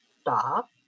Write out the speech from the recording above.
stop